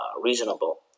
reasonable